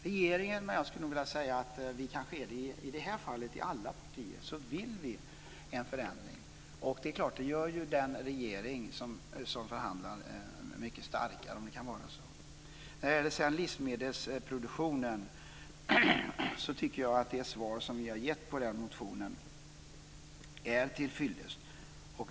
Regeringen - och alla partier i det här fallet - vill ha en förändring. Det är klart att det gör ju den regering som förhandlar mycket starkare. Jag tycker att det svar som vi har gett på motionen om livsmedelsproduktionen är tillfyllest.